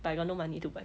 but I got no money to buy